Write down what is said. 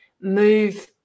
move